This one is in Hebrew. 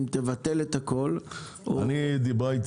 אם תבטל את הכול או --- דיברה איתי